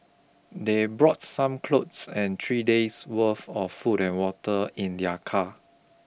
they brought some clothes and three days' worth of food and water in their car